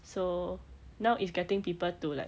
so now it's getting people to like